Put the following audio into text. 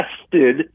tested